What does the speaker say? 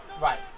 Right